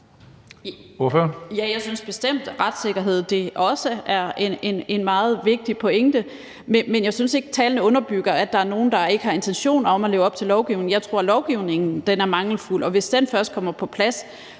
Jeg synes bestemt, at retssikkerhed også er en meget vigtig pointe, men jeg synes ikke, tallene underbygger, at der er nogen, der ikke har intention om at leve op til lovgivningen. Jeg tror, lovgivningen er mangelfuld, og hvis den først kommer på plads,